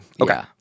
Okay